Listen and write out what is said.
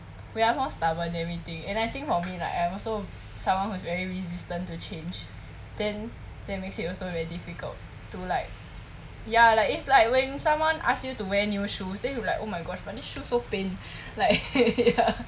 we are more stubborn than we think and I think for me like I'm also someone who's very resistant to change then that makes it also very difficult to like ya like it's like when someone ask you to wear new shoes then you are like oh my god but this shoe so pain like ya